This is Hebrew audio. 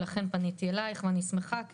לכן פניתי אליך ואני שמחה על הדיון,